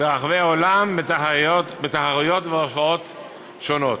ברחבי העולם בתחרויות והופעות שונות.